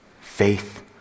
faith